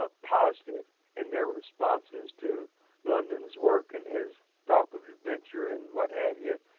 ah positive in their responses to london's work and his talk of adventure and what have you.